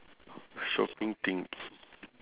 shopping tips